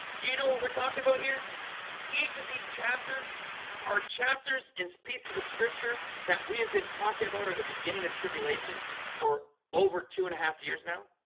you know what we're talking about here each of these chapters are chapters and pieces of scripture that we have been talking about or the beginning of tribulation for over two and a half years now?